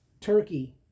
Turkey